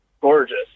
Gorgeous